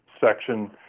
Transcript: section